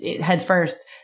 headfirst